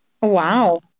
wow